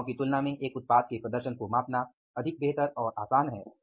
सेवाओं की तुलना में एक उत्पाद के प्रदर्शन को मापना अधिक बेहतर और आसान है